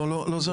לא, לא.